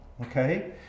okay